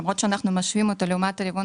למרות שאנחנו משווים אותו לעומת הרבעון